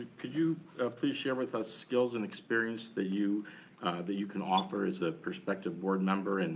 could you ah please share with us skills and experience that you that you can offer as a prospective board member, and